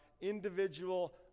individual